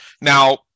Now